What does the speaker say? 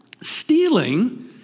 Stealing